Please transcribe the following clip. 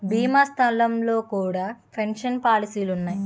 భీమా సంస్థల్లో కూడా పెన్షన్ పాలసీలు ఉన్నాయి